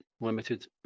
limited